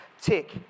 tick